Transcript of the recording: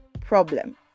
problem